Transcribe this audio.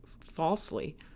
falsely